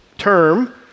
term